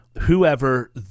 whoever